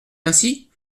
ainsi